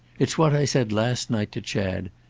it's what i said last night to chad.